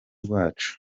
rwacu